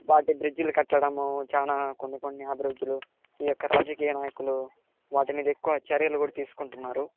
వాటి బ్రిడ్జీలు కట్టడము చాలా కొన్ని కొన్ని అభివృద్దులు ఈ యొక్క రాజకీయ నాయకులు వాటిమీద ఎక్కువ చర్యలు కూడా తీసుకుంటున్నారు